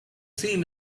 seam